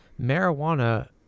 Marijuana